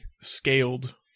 scaled